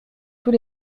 tous